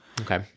Okay